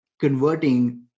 converting